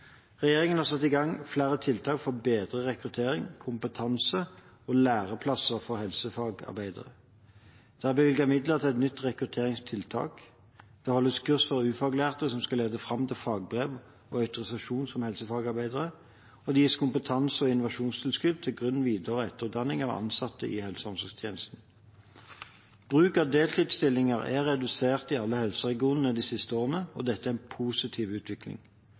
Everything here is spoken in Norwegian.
Regjeringen har satt i gang flere tiltak for bedre rekruttering, kompetanse og læreplasser for helsefagarbeidere. Det er bevilget midler til et nytt rekrutteringstiltak, det holdes kurs for ufaglærte som skal lede fram til fagbrev og autorisasjon som helsefagarbeidere, og det gis kompetanse- og innovasjonstilskudd til grunn-, videre- og etterutdanning av ansatte i helse- og omsorgstjenesten. Bruk av deltidsstillinger er redusert i alle helseregionene de siste årene, og dette er en positiv utvikling.